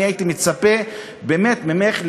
אני הייתי מצפה ממך,